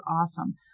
awesome